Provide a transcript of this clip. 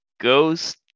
ghost